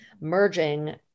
merging